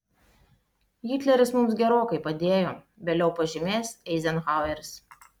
hitleris mums gerokai padėjo vėliau pažymės eizenhaueris